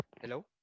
hello